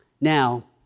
Now